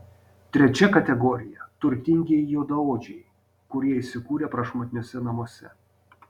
trečia kategorija turtingieji juodaodžiai kurie įsikūrę prašmatniuose namuose